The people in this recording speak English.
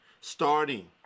starting